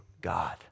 God